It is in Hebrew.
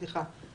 סליחה.